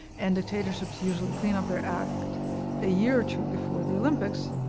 and dictatorships usually clean up their act a year or two before the olympics,